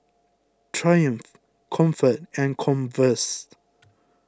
Triumph Comfort and Converse